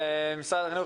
משרד החינוך,